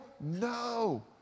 No